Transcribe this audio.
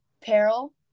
Peril